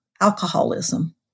alcoholism